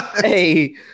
Hey